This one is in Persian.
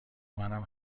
منم